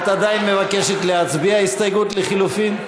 את עדיין מבקשת להצביע על ההסתייגות לחלופין?